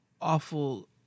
awful